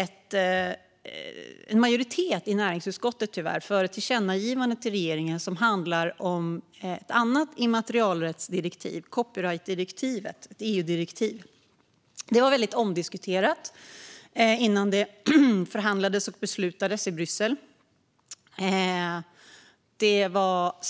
riktar en majoritet i näringsutskottet ett tillkännagivande till regeringen om ett annat immaterialrättsdirektiv, copyrightdirektivet, ett EU-direktiv. Detta direktiv var väldigt omdiskuterat innan det förhandlades och beslutades i Bryssel.